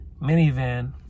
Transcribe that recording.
minivan